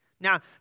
Now